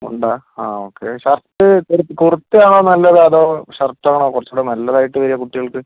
മുണ്ടോ ആ okay shirt kurta ആണോ നല്ലത് അതോ ഷർട്ടാണോ കുറച്ചുകൂടെ നല്ലതായിട്ട് വരുക കുട്ടികൾക്ക്